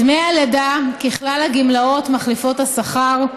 דמי הלידה, ככל הגמלאות מחליפות השכר,